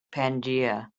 pangaea